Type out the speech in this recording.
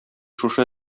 шушы